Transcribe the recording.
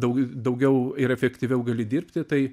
daug daugiau ir efektyviau gali dirbti tai